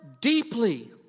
deeply